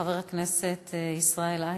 חבר הכנסת ישראל אייכלר.